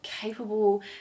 capable